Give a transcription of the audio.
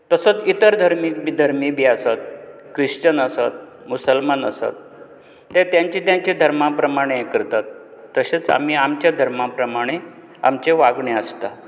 तसोच इतर धर्मीक धर्मी बी आसात क्रिश्चन आसात मुसलमान आसात ते तेंचे तेचें धर्मा प्रमाणें हें करतात तशेंच आमी आमच्या धर्मा प्रमाणे आमचें वागणें आसता